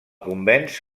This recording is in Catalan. convenç